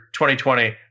2020